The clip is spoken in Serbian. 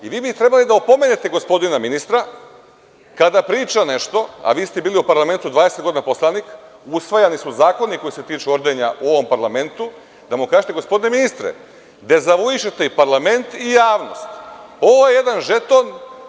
Vi bi trebali da opomenete gospodina ministra kada priča nešto, a vi ste bili u parlamentu 20 godina poslanik, usvajani su zakoni koji se tiču ordenja, u ovom parlamentu, pa da ma kažete – gospodine ministre, dezavuišete i parlament i javnost, ovo je jedan žeton.